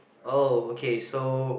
oh okay so